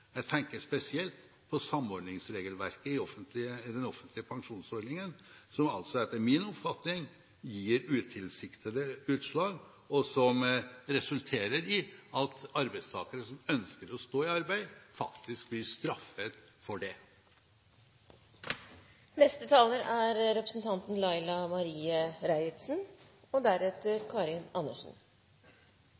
Jeg tenker spesielt på samordningsregelverket i den offentlige pensjonsordningen, som altså, etter min oppfatning, gir utilsiktede utslag, og som resulterer i at arbeidstakere som ønsker å stå i arbeid, faktisk blir straffet for det. Til representanten Gullvåg: Det er godt å komma til slik erkjenning etter kvart som ein blir eldre og